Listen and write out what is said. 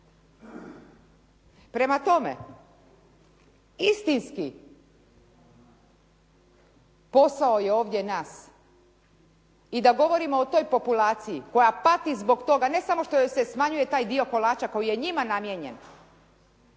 Prema tome, istinski posao je ovdje nas i da govorimo o toj populaciji koja pati zbog toga ne samo što joj se smanjuje taj dio kolača koji je njima namijenjen,